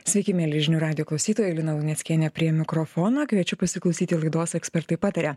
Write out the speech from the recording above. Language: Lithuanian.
sveiki mieli žinių radijo klausytoja lina luneckienė prie mikrofono kviečiu pasiklausyti laidos ekspertai pataria